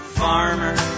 farmer